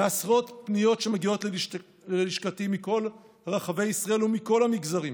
מעשרות פניות שמגיעות ללשכתי מכל רחבי ישראל ומכל המגזרים